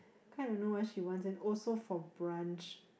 can't even know what she wants it also for brunch